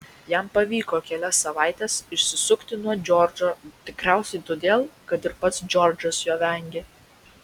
jam pavyko kelias savaites išsisukti nuo džordžo tikriausiai todėl kad ir pats džordžas jo vengė